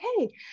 Okay